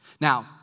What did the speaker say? Now